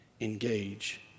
engage